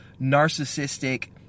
narcissistic